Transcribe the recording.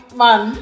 man